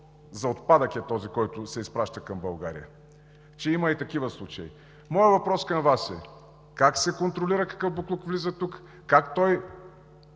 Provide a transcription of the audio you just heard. за отпадък е този, който се изпраща към България, че има и такива случаи. Моят въпрос към Вас е: как се контролира какъв боклук влиза тук, как той